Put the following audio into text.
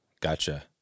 Gotcha